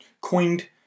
coined